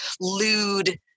lewd